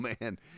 man